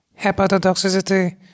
hepatotoxicity